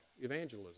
evangelism